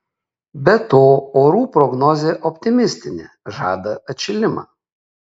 be to orų prognozė optimistinė žada atšilimą